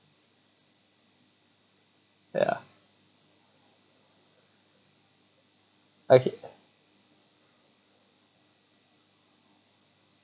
ya okay